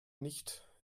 nicht